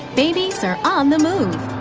babies are on the move.